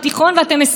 תודה.